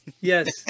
Yes